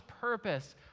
purpose